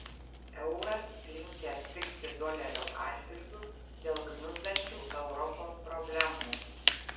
euras linkęs pigti dolerio atžvilgiu dėl gniuždančių europos problemų